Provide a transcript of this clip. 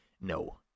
No